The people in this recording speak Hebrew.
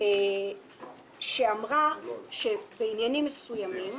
שאמרה שבעניינים מסוימים